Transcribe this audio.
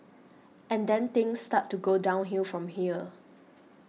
and then things start to go downhill from here